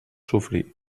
sofrir